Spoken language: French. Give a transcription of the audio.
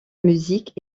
musique